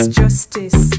justice